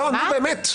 נו, באמת.